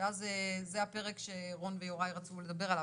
זה הפרק שרון ויוראי רצו לדבר עליו,